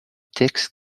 texte